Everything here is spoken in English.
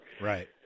Right